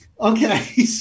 Okay